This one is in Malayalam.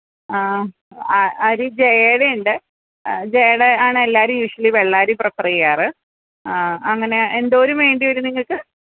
ആ അരി ജയയുടെ ഉണ്ട് ജയയുടേതാണ് എല്ലാവരും യൂഷൊലി വെള്ളയരി പ്രിഫര് ചെയ്യാറ് അങ്ങനെ എന്തോരം വേണ്ടി വരും നിങ്ങള്ക്ക്